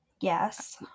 Yes